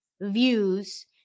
views